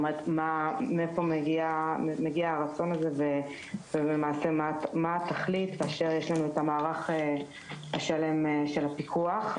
מאיפה מגיע הרצון הזה ומה התכלית כאשר יש לנו את המערך השלם של הפיקוח?